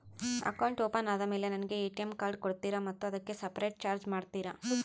Account open ಆದಮೇಲೆ ನನಗೆ ATM card ಕೊಡ್ತೇರಾ ಮತ್ತು ಅದಕ್ಕೆ ಸಪರೇಟ್ ಚಾರ್ಜ್ ಮಾಡ್ತೇರಾ?